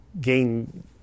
gain